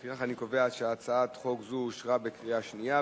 לפיכך אני קובע שהצעת חוק זו אושרה בקריאה שנייה.